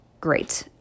Great